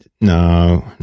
no